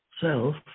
self